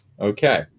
Okay